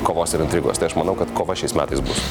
kovos ir intrigos tai aš manau kad kova šiais metais bus